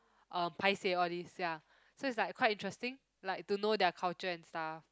uh paiseh all these ya so it's like quite interesting like to know their culture and stuff